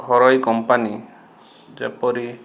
ଘରୋଇ କମ୍ପାନୀ ଯେପରି